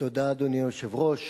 אדוני היושב-ראש,